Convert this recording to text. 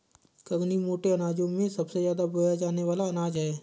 कंगनी मोटे अनाजों में सबसे ज्यादा बोया जाने वाला अनाज है